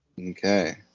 Okay